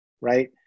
right